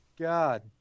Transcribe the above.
God